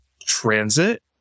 transit